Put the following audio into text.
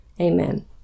Amen